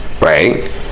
right